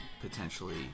potentially